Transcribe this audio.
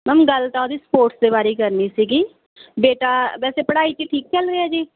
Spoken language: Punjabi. ਮੈਮ ਗੱਲ ਤਾਂ ਉਹਦੀ ਸਪੋਰਟਸ ਦੇ ਬਾਰੇ ਹੀ ਕਰਨੀ ਸੀਗੀ ਬੇਟਾ ਵੈਸੇ ਪੜ੍ਹਾਈ 'ਚ ਠੀਕ ਚੱਲ ਰਿਹਾ ਜੀ